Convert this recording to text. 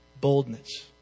boldness